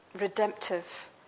redemptive